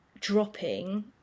dropping